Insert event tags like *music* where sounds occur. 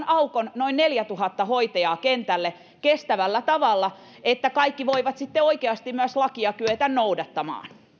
*unintelligible* aukon noin neljätuhatta hoitajaa kentälle kestävällä tavalla niin että kaikki myös kykenevät sitten oikeasti lakia noudattamaan